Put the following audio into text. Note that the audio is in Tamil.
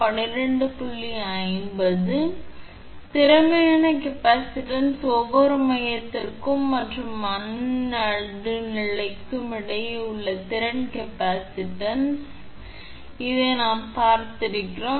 எனவே அந்த திறமையான கெப்பாசிட்டன்ஸ் ஒவ்வொரு மையத்திற்கும் மற்றும் மண் நடுநிலைக்கும் இடையே உள்ள திறன் கெப்பாசிட்டன்ஸ் we 3𝐶𝑐 is இதை நாம் பார்த்திருக்கிறோம்